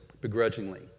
begrudgingly